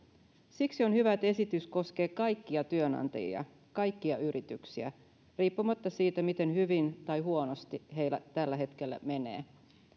siksi on hyvä että esitys koskee kaikkia työnantajia kaikkia yrityksiä riippumatta siitä miten hyvin tai huonosti heillä tällä hetkellä menee